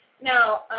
Now